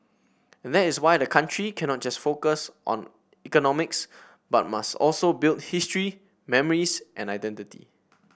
and that is why the country cannot just focus on economics but must also build history memories and identity